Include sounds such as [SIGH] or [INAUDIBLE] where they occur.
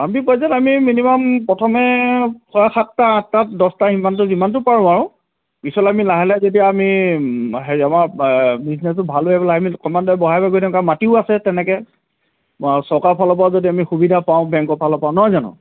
আমি [UNINTELLIGIBLE] আমি মিনিমাম প্ৰথমে ছয় সাতটা আঠটা দহটা ইমানটো যিমানটো পাৰোঁ আৰু পিছলৈ আমি লাহে লাহ যেতিয়া আমি হেৰি আমাৰ বিজনেছটো ভাল হৈ পেলাই আমি অকণমান [UNINTELLIGIBLE] বঢ়াই গৈ থাকিম আৰু মাটিও আছে তেনেকৈ [UNINTELLIGIBLE] চৰকাৰ ফালৰ পৰা যদি আমি সুবিধা পাওঁ বেংকৰ ফালৰ পৰা নহয় জানো